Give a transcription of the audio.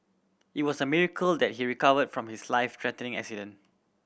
it was a miracle that he recovered from his life threatening accident